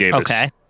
Okay